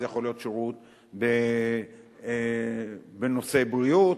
זה יכול להיות שירות בנושא בריאות.